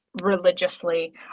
religiously